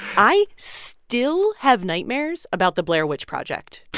i still have nightmares about the blair witch project.